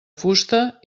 fusta